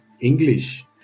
English